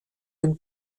den